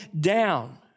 down